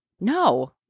No